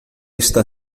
está